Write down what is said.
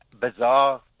bizarre